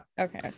Okay